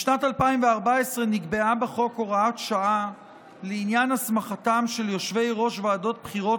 בשנת 2014 נקבעה בחוק הוראת שעה לעניין הסמכתם של יושבי-ראש ועדות בחירות